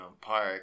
park